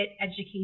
Education